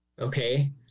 okay